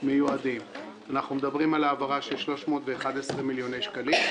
אנחנו מדברים על העברה של 311 מיליון שקל.